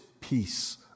peace